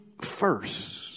first